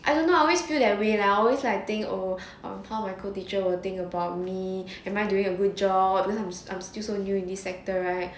I don't know I always feel that way lah I always like think oh how my co-teacher will think about me am I doing a good job because I'm I'm still so new in this sector right